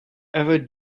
ever